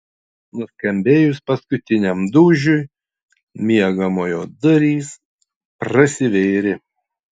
nuskambėjus paskutiniam dūžiui miegamojo durys prasivėrė